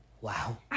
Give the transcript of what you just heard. Wow